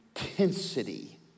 intensity